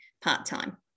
part-time